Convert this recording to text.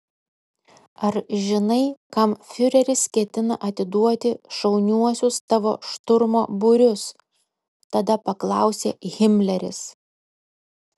ar žinai kam fiureris ketina atiduoti šauniuosius tavo šturmo būrius tada paklausė himleris